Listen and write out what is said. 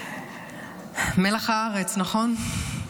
מלח הארץ, נכון?